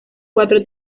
cuatro